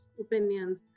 opinions